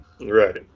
right